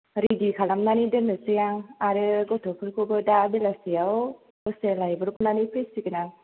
ready खालामनानै दोन्नोसै आं आरो गथफोरखौबो दा बेलासिआव दसे लाइब्रबनानै फैसिगोन आं